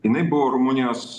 jinai buvo rumunijos